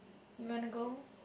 you want to go